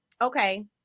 Okay